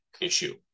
issue